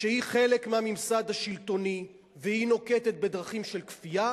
כשהיא חלק מהממסד השלטוני והיא נוקטת דרכים של כפייה,